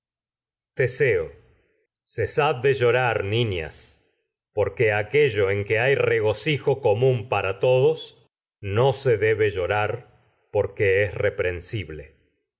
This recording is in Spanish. teseo cesad de llorar niñas pues aquello en que edipo en colono hay regocijo común que es para todos no se debe llorar por reprensible